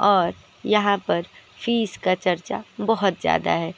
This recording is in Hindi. और यहाँ पर फीस का चर्चा बहुत ज़्यादा है